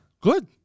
Good